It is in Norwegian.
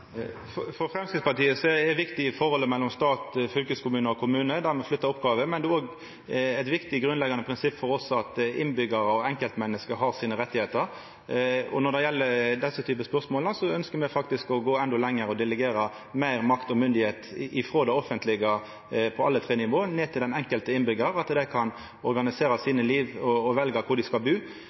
dette? For Framstegspartiet er forholdet mellom stat, fylkeskommune og kommune viktig, der me flytter oppgåver, men det er òg eit viktig grunnleggjande prinsipp for oss at innbyggjarar og enkeltmenneske har sine rettar. Når det gjeld denne typen spørsmål, ønskjer me faktisk å gå endå lenger og delegera meir makt og myndigheit frå det offentlege på alle tre nivå ned til den enkelte innbyggjar, slik at dei kan organisera sine liv og velja kvar dei skal bu.